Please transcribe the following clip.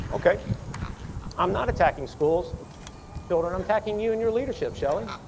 okay i'm not attacking schools children. i'm attacking you in your leadership shelly